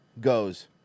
goes